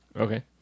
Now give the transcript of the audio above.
Okay